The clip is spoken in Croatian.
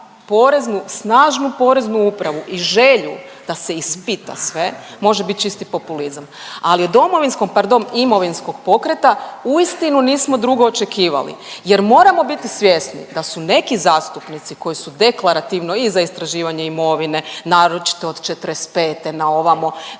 poreznu, snažnu poreznu upravu i želju da se ispita sve može biti čisti populizam, ali od domovinskog pardon imovinskog pokreta uistinu nismo drugo očekivali jer moramo biti svjesni da su neki zastupnici koji su deklarativno i za istraživanje imovine naročito od '45. na ovamo